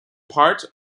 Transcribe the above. part